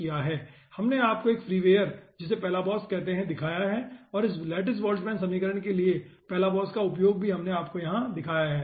हमने आपको एक फ्रीवेयर जिसे Palabos कहते हैं दिखाया है और इस लैटिस बोल्ट्जमैन समीकरण के लिए Palabos का उपयोग भी हमने आपको दिखाया है